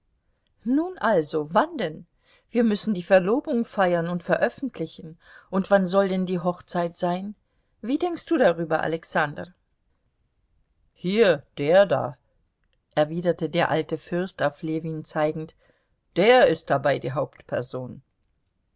nun also wann denn wir müssen die verlobung feiern und veröffentlichen und wann soll denn die hochzeit sein wie denkst du darüber alexander hier der da erwiderte der alte fürst auf ljewin zeigend der ist dabei die hauptperson